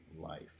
life